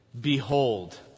behold